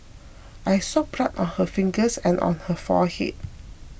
I saw blood on her fingers and on her forehead